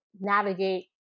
navigate